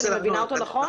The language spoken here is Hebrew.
אני מבינה אותו נכון?